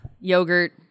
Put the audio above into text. yogurt